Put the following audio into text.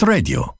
Radio